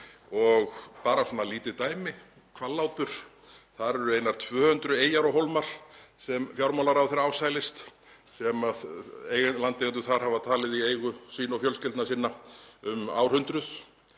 svona lítið dæmi, Hvallátur, þar eru einar 200 eyjar og hólmar sem fjármálaráðherra ásælist sem landeigendur þar hafa talið í eigu sinni og fjölskyldna sinna um árhundruð.